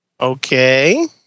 Okay